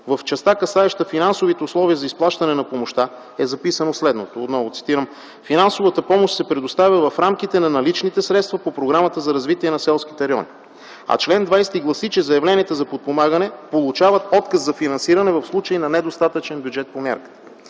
в частта, касаеща финансовите условия за изплащане на помощта е записано следното, отново цитирам: „Финансовата помощ се предоставя в рамките на наличните средства по Програмата за развитие на селските райони”, а чл. 20 гласи, че заявленията за подпомагане получават отказ за финансиране в случай на недостатъчен бюджет по мярката